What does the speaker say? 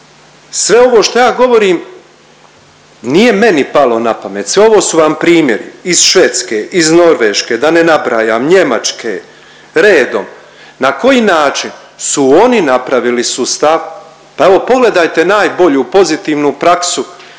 Sve ovo šta je govorim nije meni palo na pamet, sve ovo su vam primjeri iz Švedske, iz Norveške da ne nabrajam Njemačke redom na koji način su oni napravili sustav. Pa evo pogledajte najbolju pozitivnu praksu